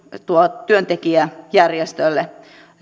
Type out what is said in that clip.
että työntekijäjärjestöille